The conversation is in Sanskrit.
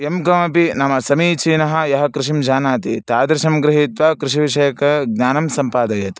यं कमपि नाम समीचीनः यः कृषिं जानाति तादृशं गृहीत्वा कृषिविषयकं ज्ञानं सम्पादयेत्